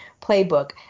playbook